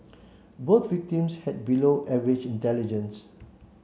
both victims had below average intelligence